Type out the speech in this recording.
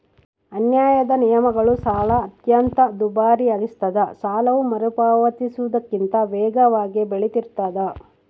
ಅನ್ಯಾಯದ ನಿಯಮಗಳು ಸಾಲ ಅತ್ಯಂತ ದುಬಾರಿಯಾಗಿಸ್ತದ ಸಾಲವು ಮರುಪಾವತಿಸುವುದಕ್ಕಿಂತ ವೇಗವಾಗಿ ಬೆಳಿತಿರ್ತಾದ